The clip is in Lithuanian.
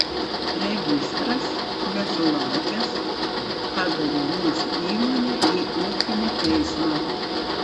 registras nesulaukęs padavė mūsų įmonę į ūkinį teismą